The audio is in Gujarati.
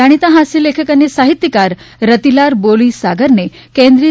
જાણીતા હાસ્ય લેખક અને સાહિત્યકાર રતિલાલ બોરીસાગરને કેન્દ્રીય